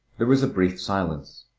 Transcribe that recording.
there was a brief silence.